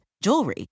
jewelry